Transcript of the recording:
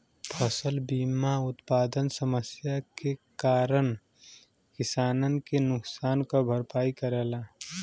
फसल बीमा उत्पादन समस्या के कारन किसानन के नुकसान क भरपाई करेला